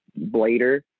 blader